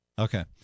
Okay